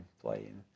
playing